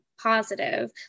positive